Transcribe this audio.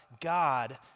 God